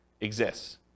exists